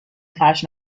فرش